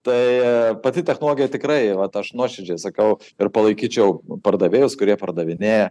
tai pati technologija tikrai vat aš nuoširdžiai sakau ir palaikyčiau pardavėjus kurie pardavinėja